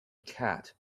cat